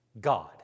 God